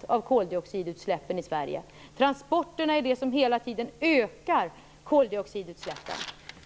% av koldioxidutsläppen i Sverige. Transporterna är hela tiden det som ökar koldioxidutsläppen.